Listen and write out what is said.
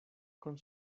con